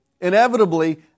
inevitably